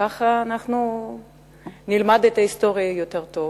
ככה אנחנו נלמד את ההיסטוריה יותר טוב